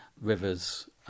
rivers